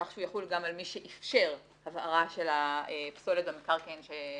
כך שהוא יחול גם על מי שאיפשר הבערה של הפסולת על מקרקעין שבחזקתו.